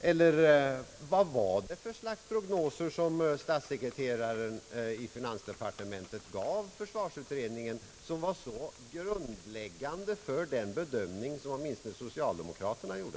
Eller vad var det för slag av prognoser som statssekreteraren i finansdepartementet gav försvarsutredningen och som var så grundläggande för den bedömning som åtminstone socialdemokraterna gjorde?